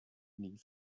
nie